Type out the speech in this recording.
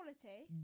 quality